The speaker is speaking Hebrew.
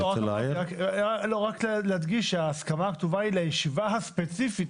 רק להדגיש שההסכמה הכתובה היא לישיבה הספציפית.